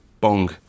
bong